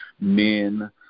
men